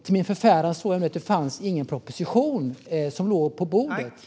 Till min förfäran såg jag nu att det inte fanns någon proposition på bordet. Vad händer?